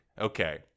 Okay